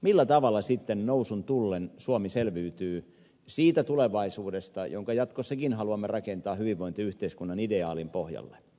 millä tavalla sitten nousun tullen suomi selviytyy siitä tulevaisuudesta jonka jatkossakin haluamme rakentaa hyvinvointiyhteiskunnan ideaalin pohjalle